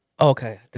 Okay